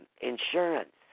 insurance